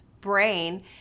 brain